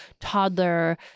toddler